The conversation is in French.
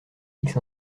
fixes